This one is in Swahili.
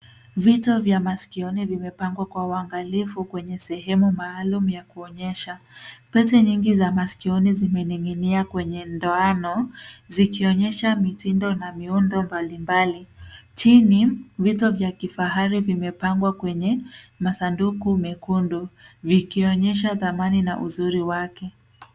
Vito vya masikioni vimepangwa kwa uangalifu kwenye sehemu maalum ya kuonyesha. Pete nyingi za masikioni zimening'inia kwenye ndoano, zikionyesha mitindo na miundo mbalimbali. Chini, vito vya kifahari vimepangwa kwenye masanduku mekundu vikionyesha dhamani na uzuri wake.